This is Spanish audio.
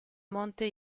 monte